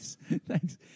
thanks